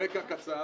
רקע קצר.